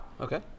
okay